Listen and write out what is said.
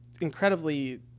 incredibly